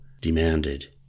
demanded